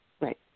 Right